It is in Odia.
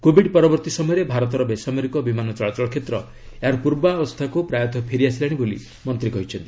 କୋବିଡ୍ ପରବର୍ତ୍ତୀ ସମୟରେ ଭାରତର ବେସାମରିକ ବିମାନ ଚଳାଚଳ କ୍ଷେତ୍ର ଏହାର ପୂର୍ବାବସ୍ଥାକୁ ପ୍ରାୟତଃ ଫେରିଆସିଲାଣି ବୋଲି ମନ୍ତ୍ରୀ କହିଛନ୍ତି